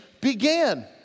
began